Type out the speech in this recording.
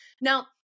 Now